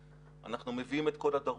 אנחנו מביאים את כל הדרוש.